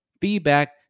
Feedback